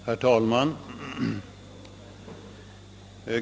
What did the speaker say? Herr talman!